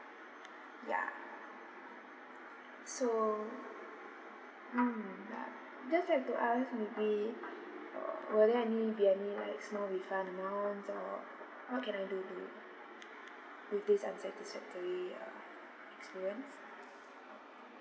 ya so mm ya just like to ask maybe uh will there any be any like small refund amount or what can I do to with this unsatisfactory uh experience